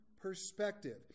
perspective